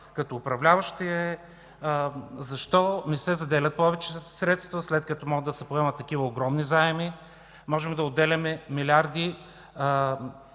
като управляващ, е защо не се заделят повече средства, след като могат да се поемат такива огромни заеми? Можем да отделяме милиарди,